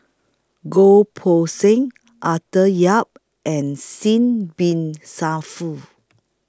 Goh Poh Seng Arthur Yap and Singh Bin